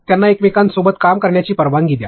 त्यांना एकमेकांसोबत काम करण्याची परवानगी द्या